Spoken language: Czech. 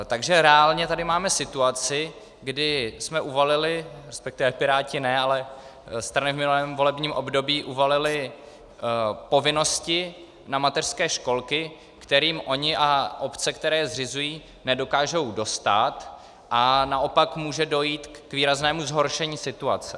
Takže reálně tady máme situaci, kdy jsme uvalili resp. Piráti ne, ale strany v minulém volebním období povinnosti na mateřské školky, kterým ony a obce, které je zřizují, nedokážou dostát, a naopak může dojít k výraznému zhoršení situace.